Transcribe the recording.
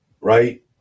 right